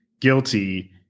guilty